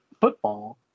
football